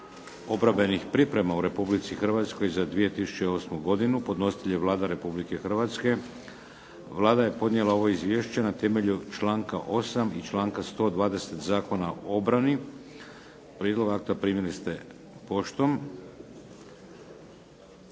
obrambenih priprema u Republici Hrvatskoj za 2008. godinu Podnositelj je Vlada Republike Hrvatske. Vlada je podnijela ovo izvješće na temelju članka 8. i članka 120. Zakona o obrani. Prijedlog akta primili ste poštom.